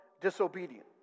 disobedient